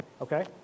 okay